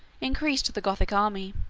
increased the gothic army.